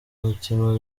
mutima